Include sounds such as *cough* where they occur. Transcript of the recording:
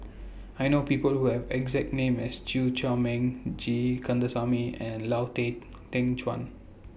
I know People Who Have exact name as Chew Chor Meng G Kandasamy and Lau Tay *noise* Teng Chuan